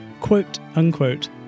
quote-unquote